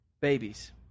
babies